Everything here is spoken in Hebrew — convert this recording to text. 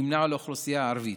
נמנה עם האוכלוסייה הערבית.